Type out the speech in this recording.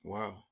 Wow